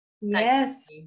Yes